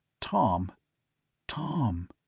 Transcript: Tom—Tom